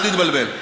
אל תתבלבל.